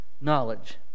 knowledge